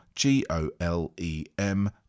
G-O-L-E-M